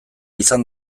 izan